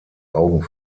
augen